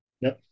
No